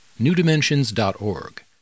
newdimensions.org